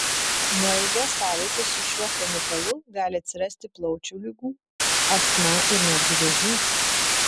nuo ilgos sąveikos su šiuo chemikalu gali atsirasti plaučių ligų astma ir netgi vėžys